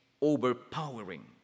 overpowering